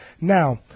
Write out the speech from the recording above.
Now